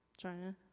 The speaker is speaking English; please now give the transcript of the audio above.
china.